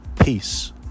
Peace